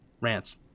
rants